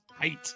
hate